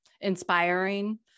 inspiring